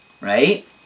right